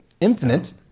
infinite